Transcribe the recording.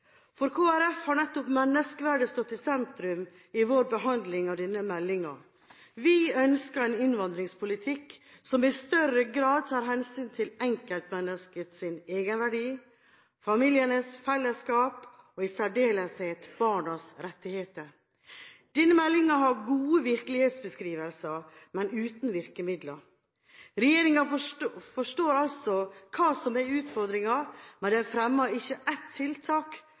Kristelig Folkeparti har nettopp menneskeverdet stått i sentrum i vår behandling av denne meldingen. Vi ønsker en innvandringspolitikk som i større grad tar hensyn til enkeltmenneskets egenverdi, familienes fellesskap og i særdeleshet barnas rettigheter. Denne meldingen har gode virkelighetsbeskrivelser, men er uten virkemidler. Regjeringen forstår altså hva som er utfordringen, men de fremmer ikke ett tiltak